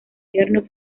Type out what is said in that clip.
yerno